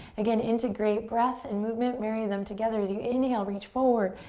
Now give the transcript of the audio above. again, integrate breath and movement, marry them together as you inhale, reach forward.